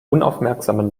unaufmerksamen